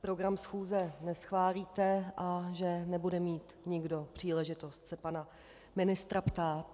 program schůze neschválíte a že nebude mít nikdo příležitost se pana ministra ptát.